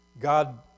God